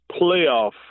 playoff